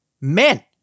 Men